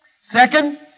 Second